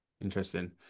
Interesting